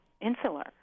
insular